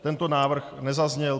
Tento návrh nezazněl.